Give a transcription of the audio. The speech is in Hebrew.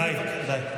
חברת הכנסת גוטליב, די.